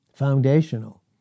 foundational